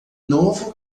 novo